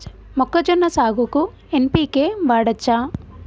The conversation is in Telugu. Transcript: మొక్కజొన్న సాగుకు ఎన్.పి.కే వాడచ్చా?